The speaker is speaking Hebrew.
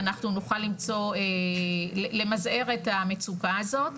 ואנחנו נוכל למזער את המצוקה הזאת.